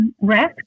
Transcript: risk